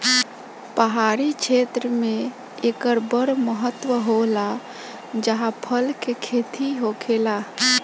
पहाड़ी क्षेत्र मे एकर बड़ महत्त्व होला जाहा फल के खेती होखेला